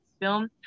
film